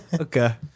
Okay